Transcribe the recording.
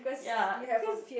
ya cause